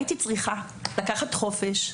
הייתי צריכה לקחת חופש,